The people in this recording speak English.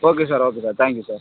okay sir okay sir thank you sir